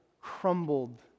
crumbled